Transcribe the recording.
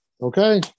okay